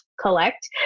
collect